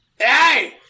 Hey